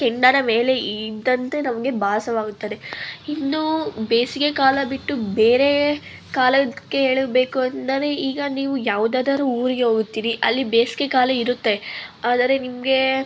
ಕೆಂಡದ ಮೇಲೆ ಇದ್ದಂತೆ ನಮಗೆ ಭಾಸವಾಗುತ್ತದೆ ಇನ್ನೂ ಬೇಸಿಗೆ ಕಾಲ ಬಿಟ್ಟು ಬೇರೆ ಕಾಲಕ್ಕೆ ಹೇಳಬೇಕು ಅಂದರೆ ಈಗ ನೀವು ಯಾವುದಾದರೂ ಊರಿಗೆ ಹೋಗುತ್ತೀರಿ ಅಲ್ಲಿ ಬೇಸಿಗೆ ಕಾಲ ಇರುತ್ತೆ ಆದರೆ ನಿಮಗೆ